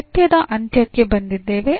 ಈ ಪಾಠದ ಅಂತ್ಯಕ್ಕೆ ಬಂದಿದ್ದೇವೆ